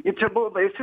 ir čia buvo baisi